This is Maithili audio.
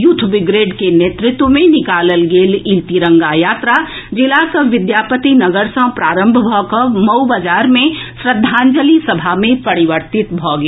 यूथ बिग्रेड के नेतृत्व मे निकालल गेल ई तिरंगा यात्रा जिलाक विद्यापति नगर सँ प्रारंभ भऽ कऽ मउ बाजार मे श्रद्वाजंलि सभा मे परिवर्तित भऽ गेल